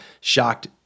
shocked